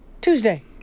Tuesday